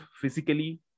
physically